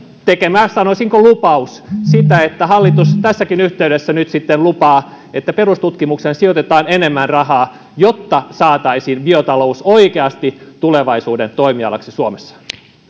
tekemä sanoisinko lupaus sitä että hallitus tässäkin yhteydessä nyt sitten lupaa että perustutkimukseen sijoitetaan enemmän rahaa jotta saataisiin biotalous oikeasti tulevaisuuden toimialaksi suomessa